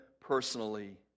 personally